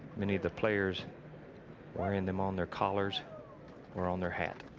many of the players wiring them on their collars or on their hat.